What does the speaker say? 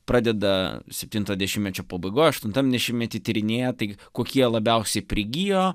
pradeda septinto dešimmečio pabaigoj aštuntam dešimmety tyrinėja tai kokie labiausiai prigijo